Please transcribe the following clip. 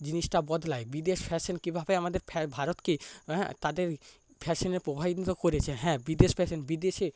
জিনিসটা বদলায় বিদেশ ফ্যাশন কীভাবে আমাদের ভারতকে হ্যাঁ তাদের ফ্যাশনে করেছে হ্যাঁ বিদেশ ফ্যাশন বিদেশে